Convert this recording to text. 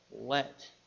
let